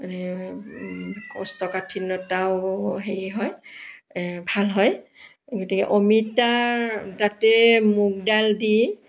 কোষ্ঠকাঠিন্যতাও সেই হয় ভাল হয় গতিকে অমিতাৰ তাতে মুগদাল দি